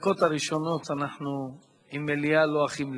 בדקות הראשונות אנחנו עם מליאה לא הכי מלאה,